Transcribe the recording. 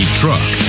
truck